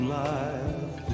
life